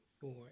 four